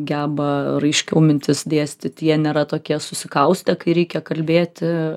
geba raiškiau mintis dėstyt jie nėra tokie susikaustę kai reikia kalbėti